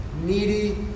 needy